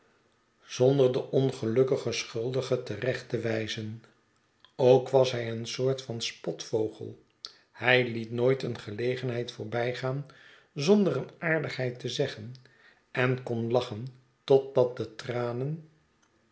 zonder den ongelukkigen schuldige terecht te wijzen ook was hij een soort van spotvogel hij liet nooit een gelegenheid voorbijgaan zonder een aardigheid te zeggen en kon lachen totdat de tranen